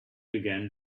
began